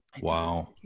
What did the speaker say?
Wow